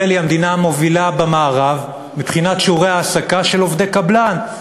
היא המדינה המובילה במערב מבחינת שיעורי ההעסקה של עובדי קבלן.